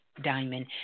Diamond